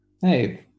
hey